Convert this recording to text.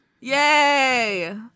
yay